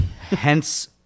hence